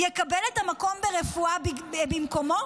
יקבל את המקום ברפואה במקומו?